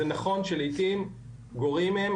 זה נכון שלעיתים גורעים מהם,